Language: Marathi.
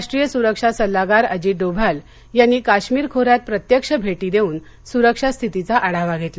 राष्ट्रीय सुरक्षा सल्लागार अजित डोभाल यांनी काश्मीर खोऱ्यात प्रत्यक्ष भेटी देऊन सुरक्षा स्थितीचा आढावा घेतला